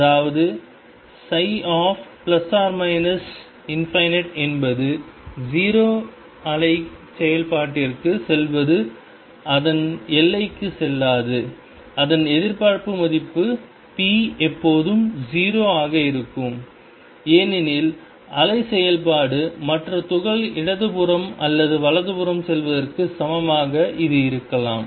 அதாவது ψ±∞ என்பது 0 அலைச் செயல்பாட்டிற்குச் செல்வது அதன் எல்லைக்குச் செல்லாது அதன் எதிர்பார்ப்பு மதிப்பு p எப்போதும் 0 ஆக இருக்கும் ஏனெனில் அலை செயல்பாடு மற்ற துகள் இடதுபுறம் அல்லது வலதுபுறம் செல்வதற்கு சமமாக இது இருக்கலாம்